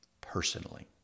personally